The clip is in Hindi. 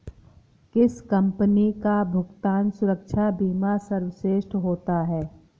किस कंपनी का भुगतान सुरक्षा बीमा सर्वश्रेष्ठ होता है?